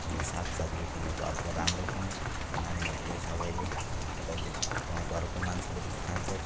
अनि साग सब्जी पनि घरको राम्रो पाउँछ नानीहरूले सबले कहिले गाउँ घरको मान्छेले पनि खान्छ